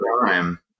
time